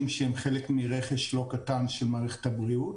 שהם חלק מרכש לא קטן של מערכת הבריאות